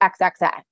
XXX